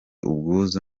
ubwuzu